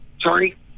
Sorry